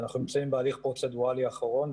אנחנו נמצאים בהליך פרוצדורלי אחרון,